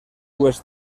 dues